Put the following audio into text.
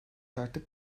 artık